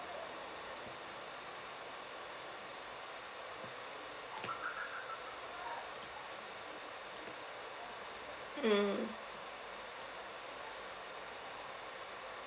mm